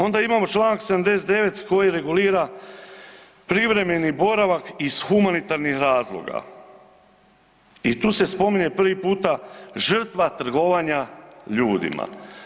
Onda imamo Članak 79. koji regulira privremeni boravak iz humanitarnih razloga I tu se spominje prvi puta žrtva trgovanja ljudima.